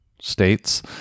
states